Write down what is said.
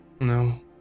No